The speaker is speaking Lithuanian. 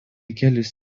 kelis